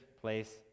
place